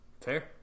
Fair